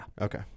Okay